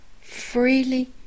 freely